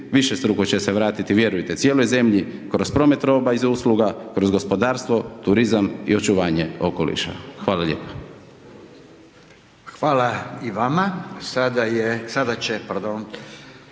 višestruko će se vratiti, vjerujte, cijeloj zemlji kroz promet roba i usluga kroz gospodarstvo, turizam i očuvanje okoliša. Hvala lijepa. **Radin, Furio